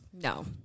No